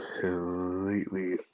completely